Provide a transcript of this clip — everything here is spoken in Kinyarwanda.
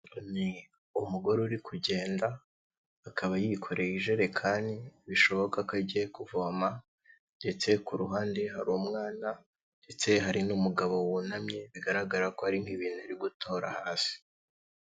Umugore uri kugenda akaba yikoreye ijerekani bishoboka ko agiye kuvoma ndetse ku ruhande hari umwana ndetse hari n'umugabo wunamye bigaragara ko ari nk'ibintu ari gutora hasi.